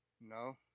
No